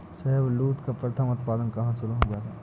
शाहबलूत का प्रथम उत्पादन कहां शुरू हुआ था?